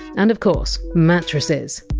and of course, mattresses.